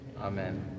Amen